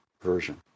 version